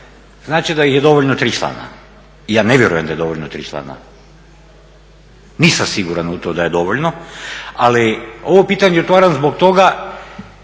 znači da ih je dovoljno 3 člana. Ja ne vjerujem da je dovoljno 3 člana, nisam siguran u to da je dovoljno ali ovo pitanje otvaram zbog toga